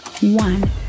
one